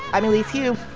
i'm elise hu.